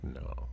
no